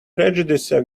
prejudices